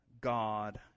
God